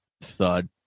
thud